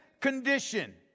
condition